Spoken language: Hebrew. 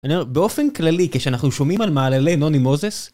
אני אומר, באופן כללי, כשאנחנו שומעים על מעללי נוני מוזס